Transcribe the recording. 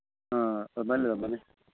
ꯑ ꯑꯗꯨꯃꯥꯏ ꯂꯩꯔꯝꯃꯅꯤ